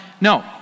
No